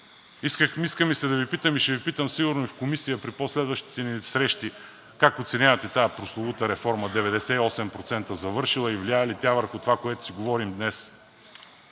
Иска ми се да Ви питам и ще Ви питам сигурно и в Комисията при по-следващите ни срещи: как оценявате тази прословута реформа, 98% завършила, и влияе ли върху това, което си говорим днес?